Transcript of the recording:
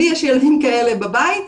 לי יש ילדים כאלה בבית,